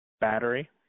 Battery